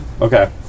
Okay